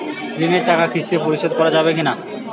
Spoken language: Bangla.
ঋণের টাকা কিস্তিতে পরিশোধ করা যাবে কি না?